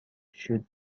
should